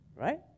Right